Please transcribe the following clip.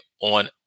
on